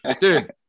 dude